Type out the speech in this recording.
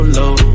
low